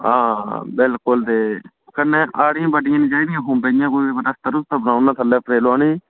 हां बिलकुल ते कन्नै आरियां बड़्ड़ियां चाही दियां खुम्बे दियां कोई रस्ता रुस्ता बनाई ओड़ना थल्लै लुआने गी